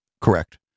Correct